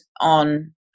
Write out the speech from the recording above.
on